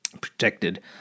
protected